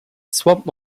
swamp